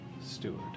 steward